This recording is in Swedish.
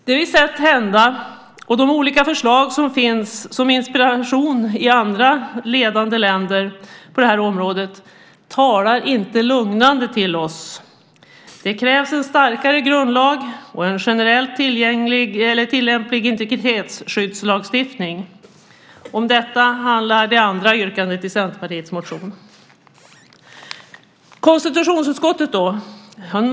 Det vi sett hända, och de olika förslag som finns som inspiration i andra ledande länder på det här området, talar inte lugnande till oss. Det krävs en starkare grundlag och en generellt tillämplig integritetsskyddslagstiftning. Om detta handlar det andra yrkandet i Centerpartiets motion. Konstitutionsutskottet då?